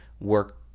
work